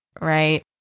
right